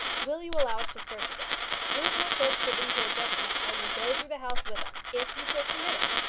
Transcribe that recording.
will you allow us to search again? two of my clerks will be here just now, and will go through the house with us, if you will permit it.